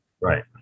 Right